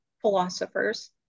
philosophers